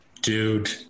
dude